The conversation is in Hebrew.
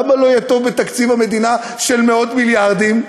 למה לא יהיה טוב בתקציב המדינה של מאות מיליארדים?